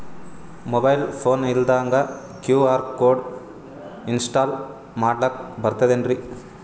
Mobile phone ಇಲ್ದಂಗ QR code install ಮಾಡ್ಲಕ ಬರ್ತದೇನ್ರಿ?